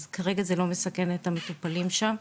אז כרגע זה לא מסכן את המטופלים שם.